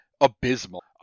abysmal